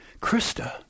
Krista